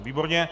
Výborně.